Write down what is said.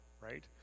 right